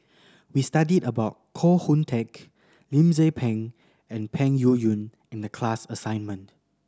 we studied about Koh Hoon Teck Lim Tze Peng and Peng Yuyun in the class assignment